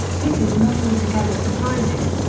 this is not altogether surprising.